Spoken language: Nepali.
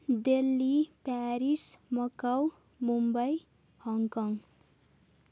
Delhi Paris Macau Mumbai Hong Kong